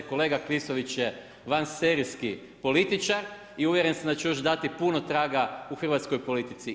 Kolega Klisović je vanserijski političar i uvjeren sam da će dati još puno traga u hrvatskoj politici.